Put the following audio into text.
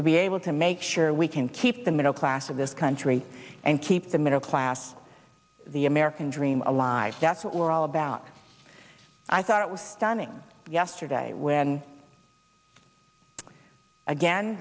to be able to make sure we can keep the middle class of this country and keep the middle class the american dream alive that's what we're all about i thought it was stunning today when again